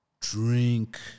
Drink